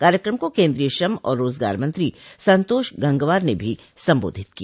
कार्यक्रम को केन्द्रीय श्रम और रोजगार मंत्री संतोष गंगवार ने भी संबोधित किया